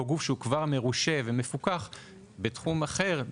שבו גוף שהוא כבר מרושה ומפוקח בתחום משיק אחר